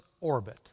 orbit